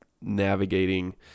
navigating